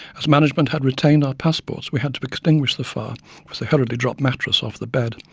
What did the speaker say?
as management had retained our passports, we had to extinguish the fire with the hurriedly dropped mattress off the bed,